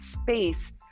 space